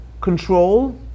control